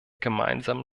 gemeinsamen